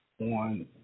on